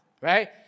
right